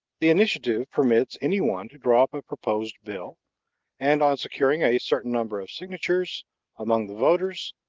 the initiative permits any one to draw up a proposed bill and, on securing a certain number of signatures among the voters,